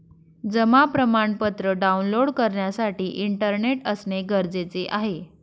जमा प्रमाणपत्र डाऊनलोड करण्यासाठी इंटरनेट असणे गरजेचे आहे